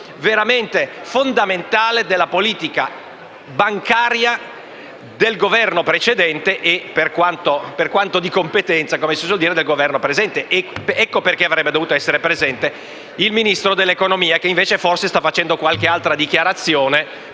fondamentale della politica bancaria del Governo precedente e, per quanto di competenza, del Governo presente. Ecco perché avrebbe dovuto essere presente il Ministro dell'economia, che invece forse sta facendo qualche altra dichiarazione